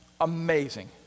amazing